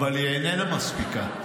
אבל היא איננה מספיקה.